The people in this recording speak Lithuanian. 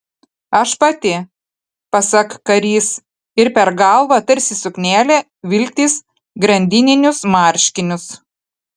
aš pati pasak karys ir per galvą tarsi suknelę vilktis grandininius marškinius